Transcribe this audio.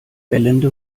bellende